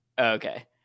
Okay